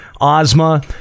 Ozma